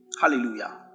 Hallelujah